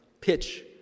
pitch